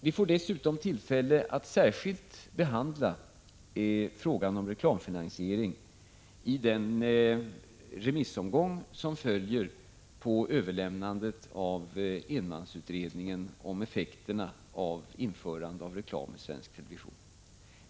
Vi får dessutom tillfälle att särskilt behandla frågan om reklamfinansiering i den remissomgång som följer på överlämnandet av enmansutredningen om effekterna av införande av reklam i svensk television.